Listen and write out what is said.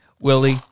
Willie